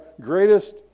greatest